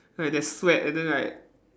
like there's sweat and then like